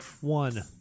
One